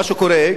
מה שקורה,